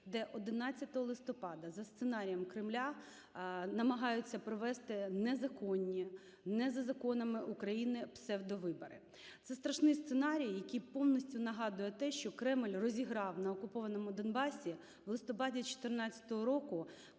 де 11 листопада за сценарієм Кремля намагаються провести незаконні, не за законами України псевдовибори. Це страшний сценарій, який повністю нагадує те, що Кремль розіграв на окупованому Донбасі в листопаді 14-го